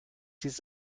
his